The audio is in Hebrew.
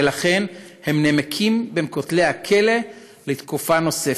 ולכן הם נמקים בין כותלי הכלא לתקופה נוספת.